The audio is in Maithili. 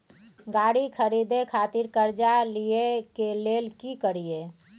गाड़ी खरीदे खातिर कर्जा लिए के लेल की करिए?